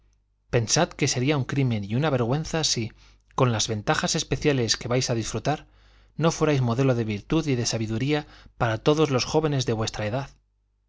pensad que sería un crimen y una vergüenza si con las ventajas especiales de que vais a disfrutar no fuerais modelo de virtud y de sabiduría para todos los jóvenes de vuestra edad